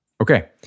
Okay